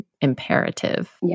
imperative